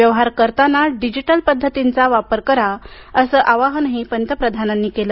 व्यवहार करताना डिजिटल पद्धतींचा वापर करा असं आवाहनही पंतप्रधानांनी केलं